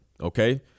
okay